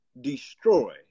destroy